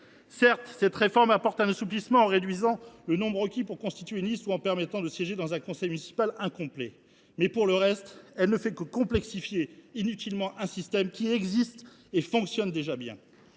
Certes, cette réforme apporte des assouplissements, en réduisant le nombre de personnes requis pour constituer une liste ou en permettant de siéger dans un conseil municipal incomplet. Mais, pour le reste, elle ne fait que complexifier inutilement un système qui existe et fonctionne déjà bien.